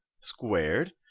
squared